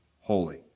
holy